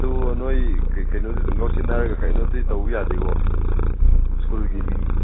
ꯑꯗꯨ ꯅꯣꯏ ꯉꯥꯎꯁꯤꯟꯅꯔꯒ ꯀꯩꯅꯣꯗꯤ ꯇꯧꯕ ꯌꯥꯗꯦꯀꯣ ꯁ꯭ꯀꯨꯜꯒꯤ ꯃꯤ